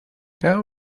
how